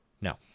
No